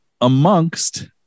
amongst